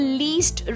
least